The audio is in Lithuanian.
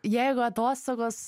jeigu atostogos